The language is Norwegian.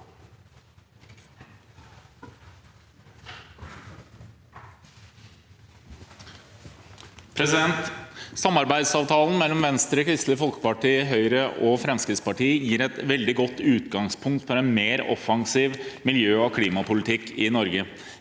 Samarbeidsavtalen mellom Venstre, Kristelig Folkeparti, Høyre og Fremskrittspartiet gir et veldig godt utgangspunkt for en mer of fensiv miljø- og klimapolitikk i Norge.